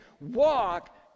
walk